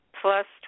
plus